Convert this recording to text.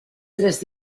tres